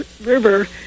River